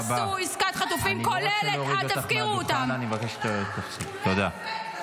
תעשו עסקת חטופים כוללת, אל תפקירו אותם.